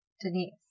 Denise